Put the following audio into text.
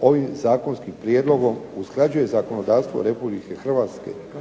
ovim zakonskim prijedlogom usklađuje zakonodavstvo Republike Hrvatske